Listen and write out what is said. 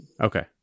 Okay